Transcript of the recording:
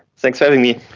thanks for having me.